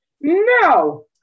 No